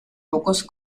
pocos